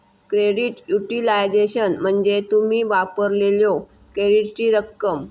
credit utilisation म्हणजे तुम्ही वापरलेल्यो क्रेडिटची रक्कम